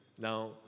Now